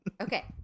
okay